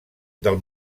del